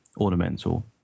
ornamental